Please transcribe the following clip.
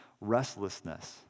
restlessness